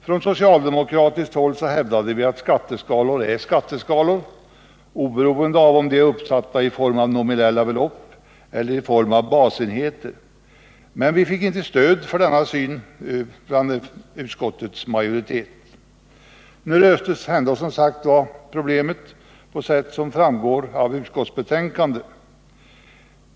Från socialdemokratiskt håll hävdade vi att skatteskalor är skatteskalor oberoende av om de är uppsatta i form av nominella belopp eller i form av basenheter, men vi fick inte stöd för denna syn bland utskottets majoritet. Nu löstes ändå, som sagt var, problemet på ett sätt som framgår av utskottsbetänkandet.